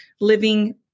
living